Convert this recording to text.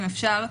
אם אפשר,